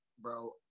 Bro